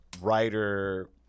writer